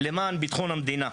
למען ביטחון המדינה.